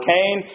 Cain